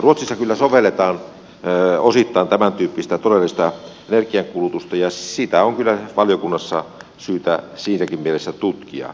ruotsissa sovelletaan osittain tämäntyyppistä todellista energiankulutusta ja sitä on kyllä valiokunnassa syytä siinäkin mielessä tutkia